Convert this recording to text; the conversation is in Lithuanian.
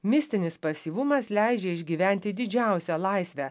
mistinis pasyvumas leidžia išgyventi didžiausią laisvę